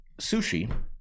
sushi